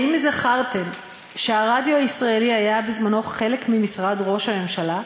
האם זכרתם שהרדיו הישראלי היה בזמנו חלק ממשרד ראש הממשלה?